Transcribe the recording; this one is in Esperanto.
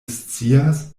scias